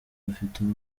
bafitemo